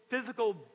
physical